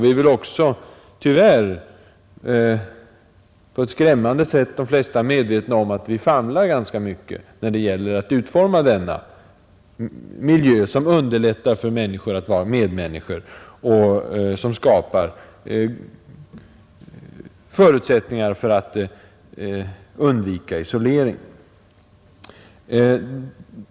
De flesta är väl också medvetna om att vi tyvärr famlar ganska mycket i mörkret när det gäller att utforma den miljö som underlättar för oss alla att vara medmänniskor, och som skapar förutsättningar för att undvika isolering.